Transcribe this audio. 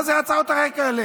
מה זה הצעות החוק האלה?